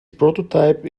prototype